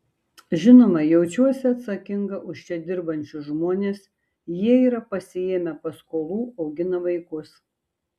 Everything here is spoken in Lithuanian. žinoma jaučiuosi atsakinga už čia dirbančius žmones jie yra pasiėmę paskolų augina vaikus